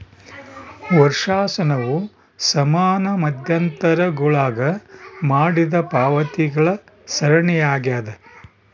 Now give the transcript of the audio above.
ವರ್ಷಾಶನವು ಸಮಾನ ಮಧ್ಯಂತರಗುಳಾಗ ಮಾಡಿದ ಪಾವತಿಗಳ ಸರಣಿಯಾಗ್ಯದ